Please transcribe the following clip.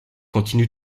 continue